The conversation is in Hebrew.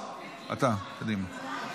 אתה, קדימה.